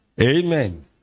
Amen